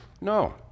No